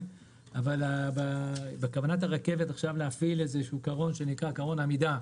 ידועה אבל בכוונת הרכבת להפעיל קרון עמידה